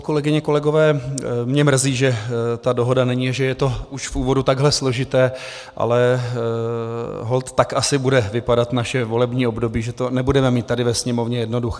Kolegyně, kolegové, mě mrzí, že ta dohoda není, že je to už v úvodu takhle složité, ale holt tak asi bude vypadat naše volební období, že to nebudeme mít tady ve Sněmovně jednoduché.